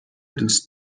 دوست